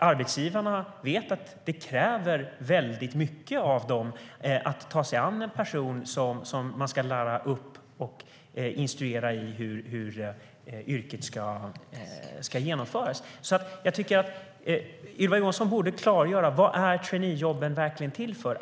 Arbetsgivarna vet att det kräver väldigt mycket av dem att ta sig an en person som ska läras upp och instrueras i hur yrket ska utföras. Ylva Johansson borde klargöra: Vad är traineejobben verkligen till för?